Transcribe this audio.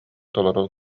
толору